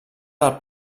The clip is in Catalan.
del